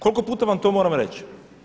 Koliko puta vam to moram reći?